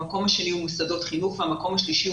המקום השני הוא מוסדות חינוך והמקום השלישי הוא